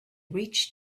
reached